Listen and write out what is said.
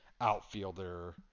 outfielder